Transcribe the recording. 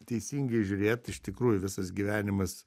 teisingai žiūrėt iš tikrųjų visas gyvenimas